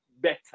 better